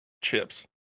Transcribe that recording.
chips